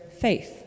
faith